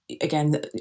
again